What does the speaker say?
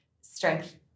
strength